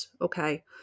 Okay